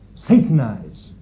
satanize